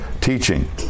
teaching